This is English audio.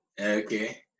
Okay